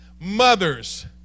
Mothers